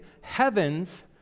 heavens